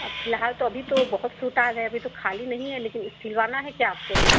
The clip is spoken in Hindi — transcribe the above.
अब फिलहाल तो अभी तो बहुत सूट आ गए अभी तो खाली नहीं हैं लेकिन सिलवाना है क्या आपको अभी